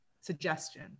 suggestion